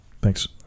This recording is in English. Thanks